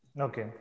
Okay